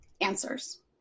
answers